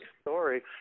story